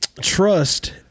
trust